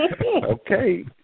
Okay